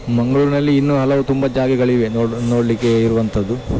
ಮಂಗಳೂರಿನಲ್ಲಿ ಇನ್ನು ಹಲವು ತುಂಬ ಜಾಗಗಳಿವೆ ನೋಡ ನೋಡಲ್ಲಿಕ್ಕೆ ಇರುವಂಥದ್ದು